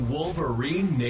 Wolverine